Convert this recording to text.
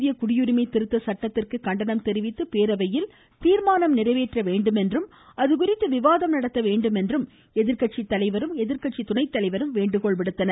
இந்திய குடியுரிமை திருத்த சட்டத்திற்கு கண்டனம் தெரிவித்து பேரவையில் தீர்மானம் நிறைவேற்ற வேண்டுமென்றும் அதுகுறித்து விவாதம் நடத்த வேண்டுமென்றும் எதிர்கட்சி தலைவரும் எதிர்கட்சி துணை தலைவரும் வேண்டுகோள் விடுத்தனர்